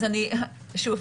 שוב,